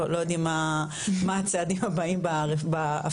לא יודעים מה הצעדים הבאים בהפיכה.